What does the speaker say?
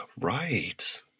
Right